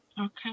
Okay